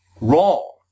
wrong